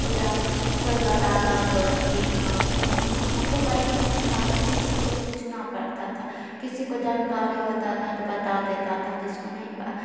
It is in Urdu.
یا کوئی بتاتا تو ٹھیک تھا نہیں تو ہم ہم کو پتہ ہی نہیں تھا کسی سے پوچھنا پڑتا تھا کسی کو جانکاری ہوتا تھا تو بتا دیتا تھا جس کو نہیں